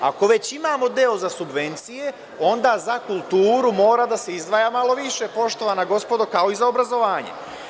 Ako već imamo deo za subvencije, onda za kulturu mora da se izdvaja malo više, poštovana gospodo, kao i za obrazovanje.